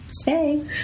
stay